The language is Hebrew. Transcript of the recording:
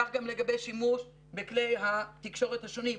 כך גם לגבי שימוש בכלי התקשורת השונים,